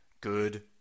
Good